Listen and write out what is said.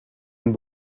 een